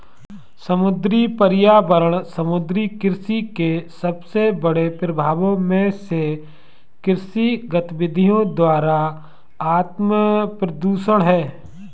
समुद्री पर्यावरण समुद्री कृषि के सबसे बड़े प्रभावों में से कृषि गतिविधियों द्वारा आत्मप्रदूषण है